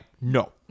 no